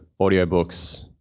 audiobooks